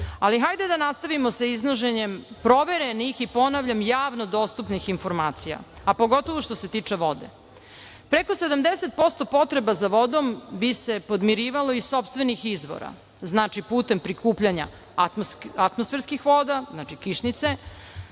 hajde da nastavimo sa iznošenjem proverenih i, ponavljam, javno dostupnih informacija, a pogotovo što se tiče vode. Preko 70% potreba za vodom bi se podmirivalo iz sopstvenih izvora, znači, putem prikupljanja atmosferskih voda, znači kišnice,